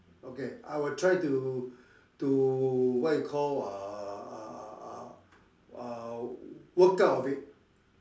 okay I will try to to what you call uh uh walk out of it